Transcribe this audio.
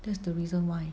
that's the reason why